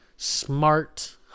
smart